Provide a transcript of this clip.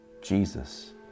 Jesus